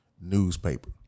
newspaper